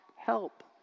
help